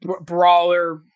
brawler